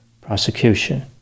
prosecution